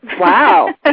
Wow